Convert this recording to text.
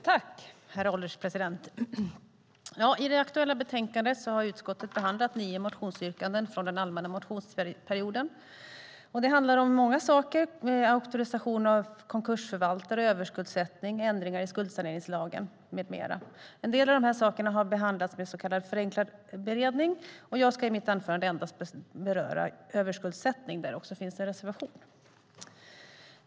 Herr ålderspresident! I det aktuella betänkandet har utskottet behandlat nio motionsyrkanden från den allmänna motionsperioden. De handlar om många saker: auktorisation av konkursförvaltare, överskuldsättning, ändringar i skuldsaneringslagen, med mera. En del av de här sakerna har behandlats med så kallad förenklad beredning. Jag ska i mitt anförande endast beröra överskuldsättning, där det också finns en reservation.